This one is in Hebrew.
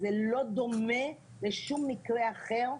זה לא דומה לשום מקרה אחר.